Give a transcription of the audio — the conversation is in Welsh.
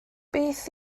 beth